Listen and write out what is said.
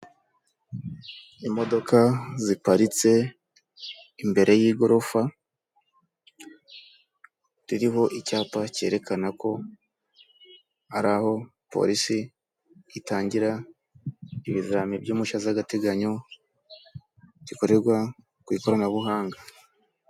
Imodoka ziparitse imbere y'igorofa ririho icyapa cyerekana ko ari aho polisi itangira ibizami by'umuco by'agateganyo, gikorerwa ku ikoranabuhanga.